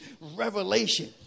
revelation